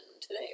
today